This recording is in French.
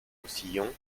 faucillon